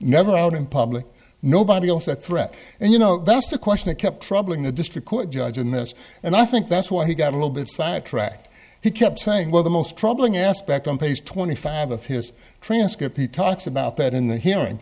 never out in public nobody else at threat and you know that's a question that kept troubling the district court judge in this and i think that's why he got a little bit sidetracked he kept saying well the most troubling aspect on page twenty five of his transcript he talks about that in the hearing